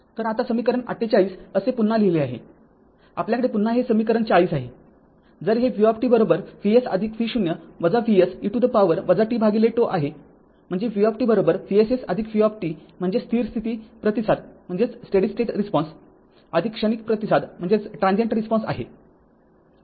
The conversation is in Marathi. तरआता समीकरण ४८ असे पुन्हा लिहिले आहेआपल्याकडे पुन्हा हे समीकरण ४० आहे जर हे v Vs v0 Vs e to the power tτ आहे म्हणजे v Vss v म्हणजे स्थिर स्थिती प्रतिसाद क्षणिक प्रतिसाद आहे